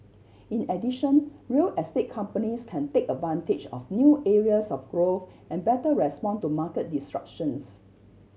in addition real estate companies can take advantage of new areas of growth and better respond to market disruptions